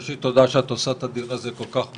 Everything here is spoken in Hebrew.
ראשית תודה רבה שאת עושה את הדיון הזה כל כך מהר,